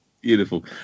Beautiful